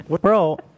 bro